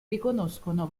riconoscono